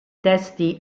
testi